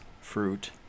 fruit